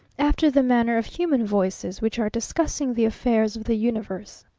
after the manner of human voices which are discussing the affairs of the universe.